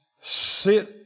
sit